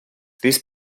this